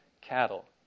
cattle